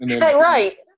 Right